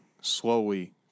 slowly